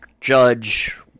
judge